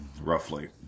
roughly